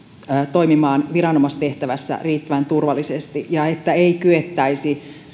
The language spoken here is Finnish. toimimaan viranomaistehtävässä riittävän turvallisesti ja että ei kyettäisi